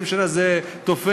20 שנה זה תופח,